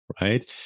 Right